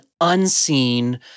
unseen